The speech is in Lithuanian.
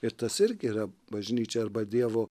ir tas irgi yra bažnyčia arba dievo